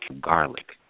garlic